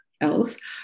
else